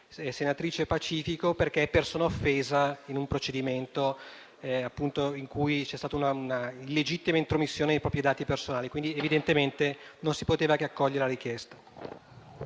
senatrice Pacifico, in qualità di persona offesa in un procedimento in cui c'è stata una illegittima intromissione nei propri dati personali. Quindi, evidentemente non si poteva che accogliere la richiesta.